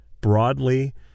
broadly